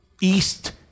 East